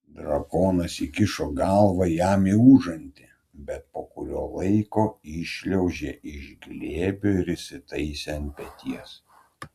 drakonas įkišo galvą jam į užantį bet po kurio laiko iššliaužė iš glėbio ir įsitaisė ant peties